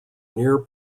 near